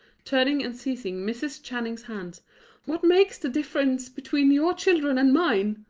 turning and seizing mrs. channing's hands what makes the difference between your children and mine?